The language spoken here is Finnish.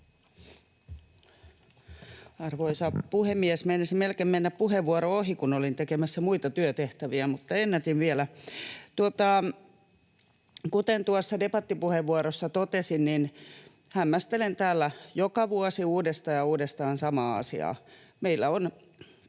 Arvoisa puhemies! Meinasi melkein mennä puheenvuoro ohi, kun olin tekemässä muita työtehtäviä, mutta ennätin vielä. Kuten tuossa debattipuheenvuorossa totesin, niin hämmästelen täällä joka vuosi uudestaan ja uudestaan samaa asiaa: meillä on